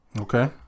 Okay